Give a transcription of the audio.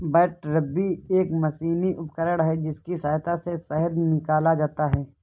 बैटरबी एक मशीनी उपकरण है जिसकी सहायता से शहद निकाला जाता है